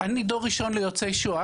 אני דור ראשון ליוצאי שואה.